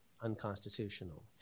unconstitutional